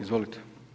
Izvolite.